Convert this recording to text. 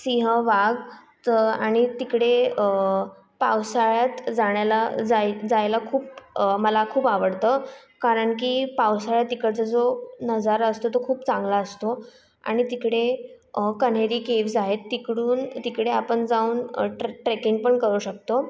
सिंह वाघ त आणि तिकडे पावसाळ्यात जाण्याला जाय जायला खूप मला खूप आवडतं कारण की पावसाळ्यात तिकडचा जो नजारा असतो तो खूप चांगला असतो आणि तिकडे कन्हेरी केव्ज आहेत तिकडून तिकडे आपण जाऊन ट्र ट्रेकिंग पण करू शकतो